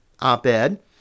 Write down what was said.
op-ed